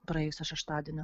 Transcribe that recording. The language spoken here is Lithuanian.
praėjusio šeštadienio